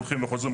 הולכים וחוזרים,